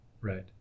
right